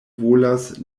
volas